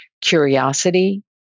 curiosity